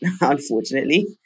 unfortunately